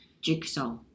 Jigsaw